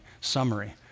summary